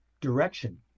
direction